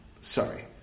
Sorry